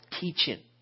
teaching